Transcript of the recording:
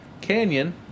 Canyon